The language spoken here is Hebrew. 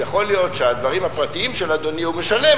יכול להיות שעל הדברים הפרטיים של אדוני הוא משלם,